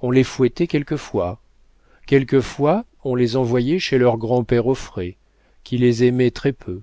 on les fouettait quelquefois quelquefois on les envoyait chez leur grand-père auffray qui les aimait très-peu